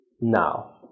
now